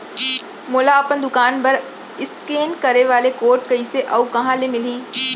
मोला अपन दुकान बर इसकेन करे वाले कोड कइसे अऊ कहाँ ले मिलही?